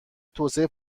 توسعه